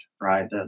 right